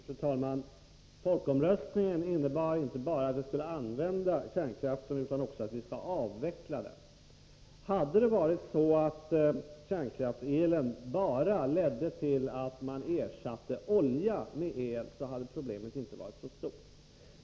Fru talman! Folkomröstningen innebar inte bara att vi skall använda kärnkraften utan också att vi skall avveckla den. Hade det varit så att kärnkraftselen bara ledde till att man ersatte olja med el, då hade problemet inte varit så stort.